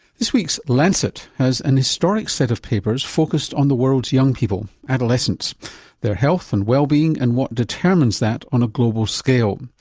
this week's lancet has an historic set of papers focussed on the world's young people, adolescents their health and wellbeing and what determines that on a global scale.